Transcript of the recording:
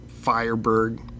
firebird